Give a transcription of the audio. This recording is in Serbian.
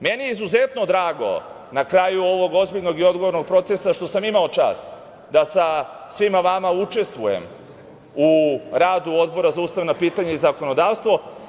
Meni je izuzetno drago na kraju ovog ozbiljnog i odgovornog procesa što sam imao čast da sa svima vama učestvujem u radu Odbora za ustavna pitanja i zakonodavstvo.